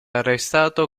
arrestato